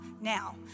now